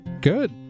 good